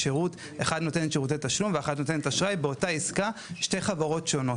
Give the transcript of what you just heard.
אחת נותנת שירותי תשלום ואחת נותנת אשראי באותה עסקה שתי חברות שונות.